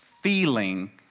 feeling